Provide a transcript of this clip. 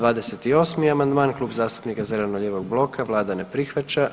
28. amandman Klub zastupnika zeleno-lijevog bloka, vlada ne prihvaća.